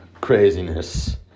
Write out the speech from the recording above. craziness